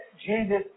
Jesus